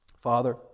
Father